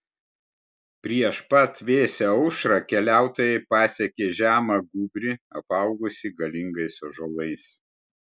prieš pat vėsią aušrą keliautojai pasiekė žemą gūbrį apaugusį galingais ąžuolais